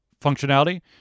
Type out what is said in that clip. functionality